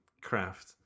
craft